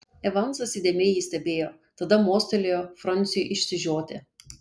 evansas įdėmiai jį stebėjo tada mostelėjo franciui išsižioti